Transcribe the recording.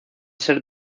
ser